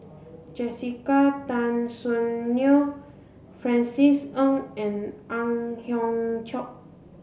Jessica Tan Soon Neo Francis Ng and Ang Hiong Chiok